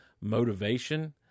motivation